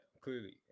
clearly